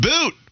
boot